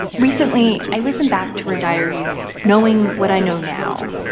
recently, i listened back to her diaries knowing what i know now.